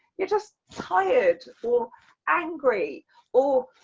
you're just tired, or angry or.